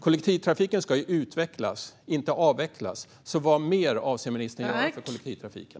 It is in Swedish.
Kollektivtrafiken ska ju utvecklas, inte avvecklas, så vad mer avser ministern att göra för kollektivtrafiken?